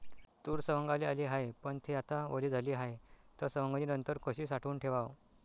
तूर सवंगाले आली हाये, पन थे आता वली झाली हाये, त सवंगनीनंतर कशी साठवून ठेवाव?